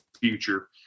future